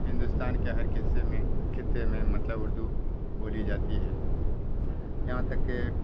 ہندوستان کے ہر قصے میں خطے میں مطلب اردو بولی جاتی ہے یہاں تک کہ